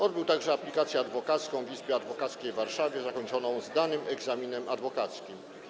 Odbył także aplikację adwokacką w Izbie Adwokackiej w Warszawie, zakończoną zdanym egzaminem adwokackim.